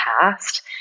past